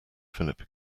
philip